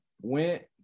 went